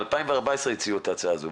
מ-2014 הציעו את ההצעה הזאת,